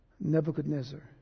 Nebuchadnezzar